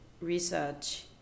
research